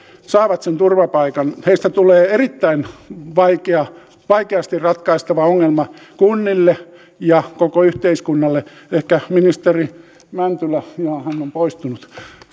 saavat sen turvapaikan heistä tulee erittäin vaikeasti ratkaistava ongelma kunnille ja koko yhteiskunnalle ehkä ministeri mäntylä jaa hän on poistunut